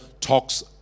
talks